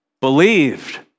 believed